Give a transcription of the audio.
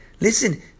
Listen